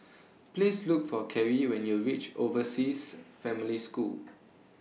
Please Look For Carrie when YOU REACH Overseas Family School